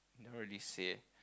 not really say